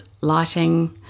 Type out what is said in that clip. lighting